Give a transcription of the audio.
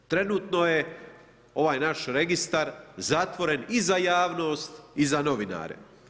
Trenutno je ovaj naš registar zatvoren i za javnost i za novinare.